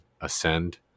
ascend